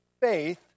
faith